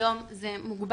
היום זה מוגבל.